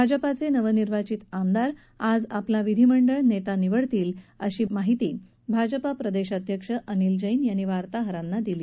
भाजपचे नवनिर्वाचित आमदार आज आपला विधिमंडळ नेत्याची निवड करतील अशी माहिती भाजप प्रदेशाध्यक्ष अनिल जैन यांनी वार्ताहरांन दिली